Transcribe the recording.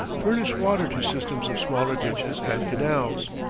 furnish water to systems of smaller ditches and canals,